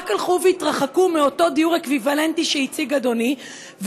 רק הלכו והתרחקו מאותו דיור אקוויוולנטי שהציג אדוני,